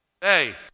Hey